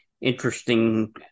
interesting